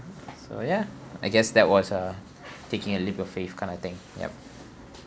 so ya I guess that was uh taking a leap of faith kind of thing yup